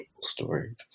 story